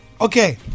Okay